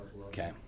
Okay